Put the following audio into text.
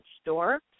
store